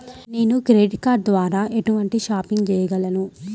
నేను credit card ద్వార ఎటువంటి షాపింగ్ చెయ్యగలను?